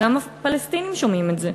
גם הפלסטינים שומעים את זה.